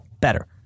better